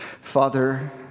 Father